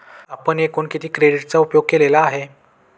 आपण एकूण किती क्रेडिटचा उपयोग केलेला आहे?